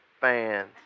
fans